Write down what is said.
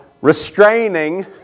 restraining